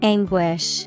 Anguish